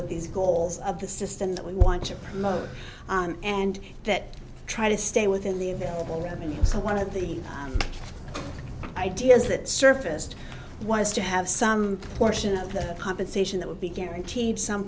with these goals of the system that we want to promote and that try to stay within the available revenue so one of the ideas that surfaced was to have some portion of the compensation that would be guaranteed some